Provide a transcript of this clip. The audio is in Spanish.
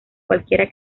cualquiera